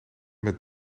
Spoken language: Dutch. met